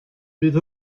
bydd